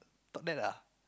talk that ah